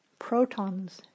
protons